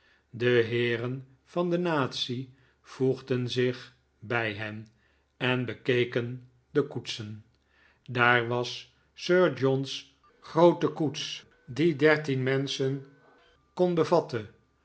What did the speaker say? de heeren van de natie voegden zich bij hen en bekeken de koetsen daar was sir john's groote koets die dertien menschen kon bevatten